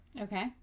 Okay